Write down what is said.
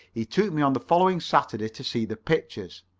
he took me on the following saturday to see the pictures.